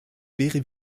wäre